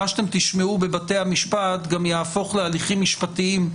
מה שאתם תשמעו בבתי המשפט גם יהפוך להליכים משפטיים.